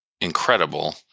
incredible